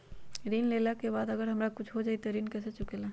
ऋण लेला के बाद अगर हमरा कुछ हो जाइ त ऋण कैसे चुकेला?